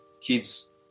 kids